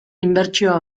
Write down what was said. inbertsioa